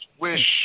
wish